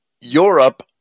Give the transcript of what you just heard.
Europe